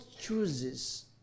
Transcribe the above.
chooses